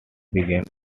began